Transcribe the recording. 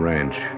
Ranch